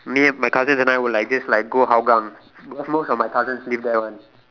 near my cousins and I will like just like go Hougang because most of my cousins live there one